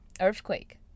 earthquake